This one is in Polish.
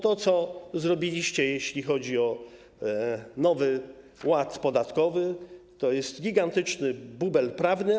To, co zrobiliście, jeśli chodzi o Nowy Ład podatkowy, to jest gigantyczny bubel prawny.